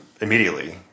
immediately